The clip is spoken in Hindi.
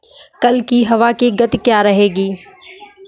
कल की हवा की गति क्या रहेगी?